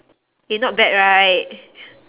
eh not bad right